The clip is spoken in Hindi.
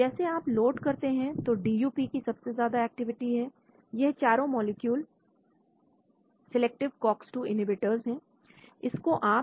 जैसे आप लोड करते हैं तो DuP की सबसे ज्यादा एक्टिविटी है यह चारों मॉलिक्यूल सिलेक्टिव Cox 2 inhibitors है